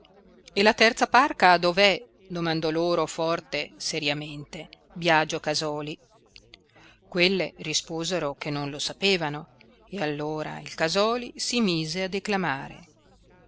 e la terza parca dov'è domandò loro forte seriamente biagio casòli quelle risposero che non lo sapevano e allora il casòli si mise a declamare